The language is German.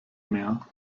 mehr